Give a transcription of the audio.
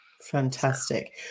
Fantastic